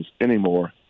anymore